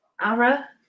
Ara